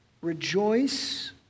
rejoice